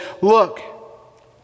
look